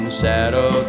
shadow